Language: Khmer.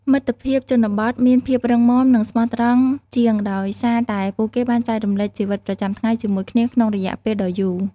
មិត្តភាពជនបទមានភាពរឹងមាំនិងស្មោះត្រង់ជាងដោយសារតែពួកគេបានចែករំលែកជីវិតប្រចាំថ្ងៃជាមួយគ្នាក្នុងរយៈពេលដ៏យូរ។